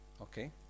Okay